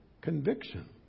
conviction